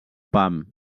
pam